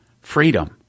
freedom